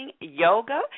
yoga